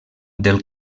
del